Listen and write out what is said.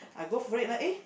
I go for it lah eh